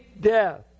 death